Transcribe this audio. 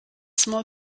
small